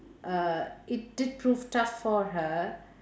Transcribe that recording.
uh it did proved tough for her